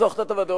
זו החלטת הוועדה.